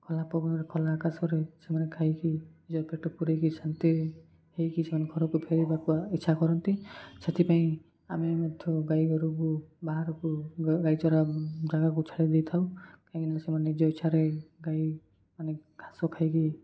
ଖୋଲା ପବନରେ ଖୋଲା ଆକାଶରେ ସେମାନେ ଖାଇକି ନିଜ ପେଟ ପୁରାଇକି ଶାନ୍ତି ହୋଇକି ସେମାନେ ଘରକୁ ଫେରିବାକୁ ଇଚ୍ଛା କରନ୍ତି ସେଥିପାଇଁ ଆମେ ମଧ୍ୟ ଗାଈ ଗୋରୁକୁ ବାହାରକୁ ଗାଈ ଚରା ଜାଗାକୁ ଛାଡ଼ି ଦେଇଥାଉ କାହିଁକିନା ସେମାନେ ନିଜ ଇଚ୍ଛାରେ ଗାଈ ମାନେ ଘାସ ଖାଇକି